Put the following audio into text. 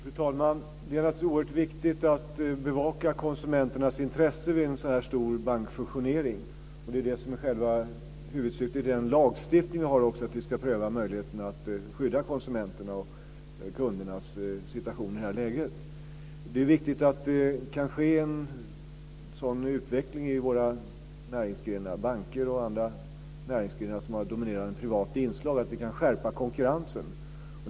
Fru talman! Det är oerhört viktigt att bevaka konsumenternas intressen vid en sådan här stor bankfusionering. Det är själva huvudsyftet i den lagstiftning som vi har att vi ska pröva möjligheterna att skydda konsumenterna och kunderna i det här läget. Det är viktigt, när det sker en sådan utveckling i våra banker och andra näringsgrenar som har ett dominerande privat inslag, att vi kan skärpa konkurrensen.